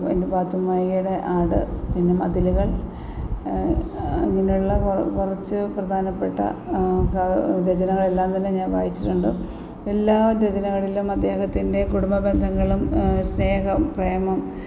പിന്നെ പാത്തുമ്മയുടെ ആട് പിന്നെ മതിലുകൾ അങ്ങനെയുള്ള കുറച്ച് പ്രധാനപ്പെട്ട രചനകളെല്ലാം തന്നെ ഞാന് വായിച്ചിട്ടുണ്ട് എല്ലാ രചനകളിലും അദ്ദേഹത്തിന്റെ കുടുംബ ബന്ധങ്ങളും സ്നേഹം പ്രേമം